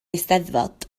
eisteddfod